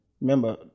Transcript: Remember